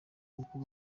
rugo